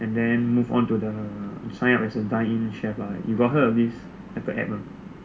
and then move on to the to sign up as a dine in chef lah you got heard of this the app mah